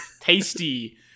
tasty